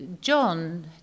John